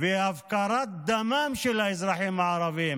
והפקרת דמם של האזרחים הערבים,